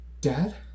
Dad